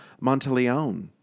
Monteleone